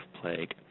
plague